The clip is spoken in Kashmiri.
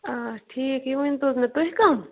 آ ٹھیٖک یہِ ؤنۍ تو حظ مےٚ تُہۍ کم